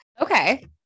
Okay